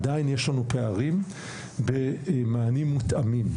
עדיין יש לנו פערים במענים מותאמים,